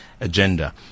agenda